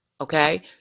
Okay